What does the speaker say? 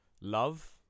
Love